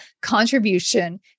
contribution